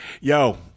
yo-